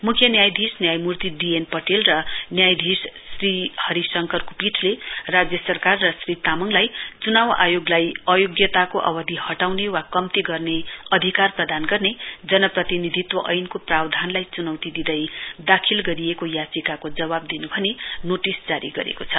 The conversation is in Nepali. मुख्य न्यायाधीश हरिशङ्करको पीठले राज्य सरकार र श्री तामाङलाई चुनाउ आयोगलाई अयोग्यताको अवधि हटाउने वा कम्ती गर्ने अधिकार प्रदान गर्ने जनप्रतिनिधित्व एनको प्रावधानलाई चुनाउती दिँदै दाखिल गरिएको याचिकाको जवाब दिनु भनी नोटिस जारी गरेको छ